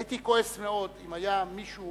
הייתי כועס מאוד אם היה מישהו